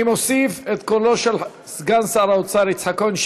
אני מוסיף את קולו של סגן שר האוצר יצחק כהן,